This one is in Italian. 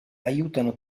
aiutano